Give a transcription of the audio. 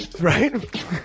Right